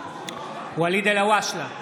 ואליד אלהואשלה,